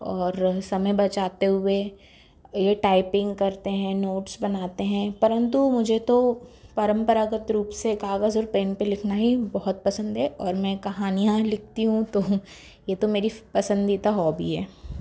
और समय बचाते हुए ये टाइपिंग करते हैं नोट्स बनाते हैं परंतु मुझे तो परंपरागत रूप से कागज़ और पेन पर लिखना ही बहुत पसंद है और मैं कहानियाँ लिखती हूँ तो ये तो मेरी पसंदीदा हॉबी है